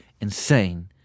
insane